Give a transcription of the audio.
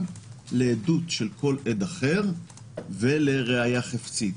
לבין עדות של כל עד אחר ולראיה חפצית.